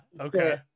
okay